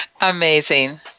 Amazing